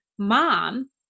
Mom